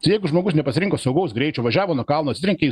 tai jeigu žmogus nepasirinko saugaus greičio važiavo nuo kalno atsitrenkė į